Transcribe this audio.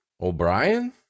O'Brien